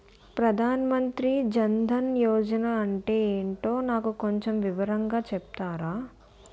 ప్రధాన్ మంత్రి జన్ దన్ యోజన అంటే ఏంటో నాకు కొంచెం వివరంగా చెపుతారా?